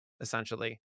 essentially